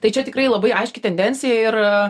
tai čia tikrai labai aiški tendencija ir